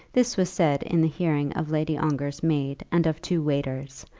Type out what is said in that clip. this was said in the hearing of lady ongar's maid and of two waiters,